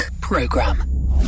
Program